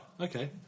okay